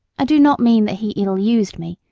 i do not mean that he ill-used me,